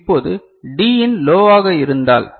இப்போது T in லோவாக இருந்தால்